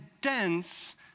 dense